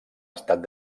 estat